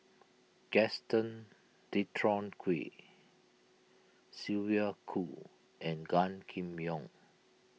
Gaston Dutronquoy Sylvia Kho and Gan Kim Yong